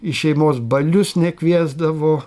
į šeimos balius nekviesdavo